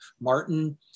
Martin